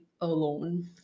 alone